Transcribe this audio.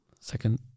second